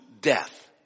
death